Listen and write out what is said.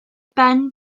ben